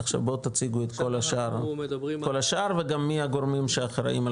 עכשיו בואו תציגו את כל השאר וגם מי הגורמים שאחראים על